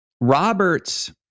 Roberts